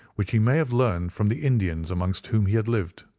which he may have learned from the indians amongst whom he had lived.